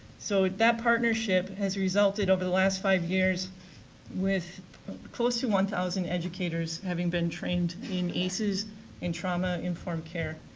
so that partnership has resulted over the last five years with close to one thousand educators having been trained in aces and trauma informed care.